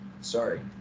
Sorry